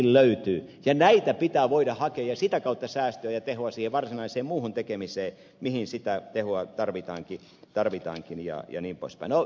ja näitä pitää voida hakea ja sitä kautta säästöä ja tehoa siihen varsinaiseen muuhun tekemiseen mihin sitä tehoa tarvitaankin jnp